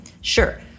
Sure